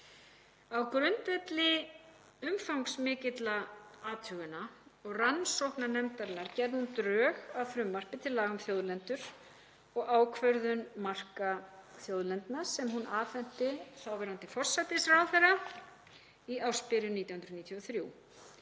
Á grundvelli umfangsmikilla athugana og rannsókna nefndarinnar gerði hún drög að frumvarpi til laga um þjóðlendur og ákvörðun marka þjóðlendna sem hún afhenti þáverandi forsætisráðherra í ársbyrjun 1993.